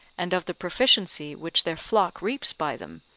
and of the proficiency which their flock reaps by them,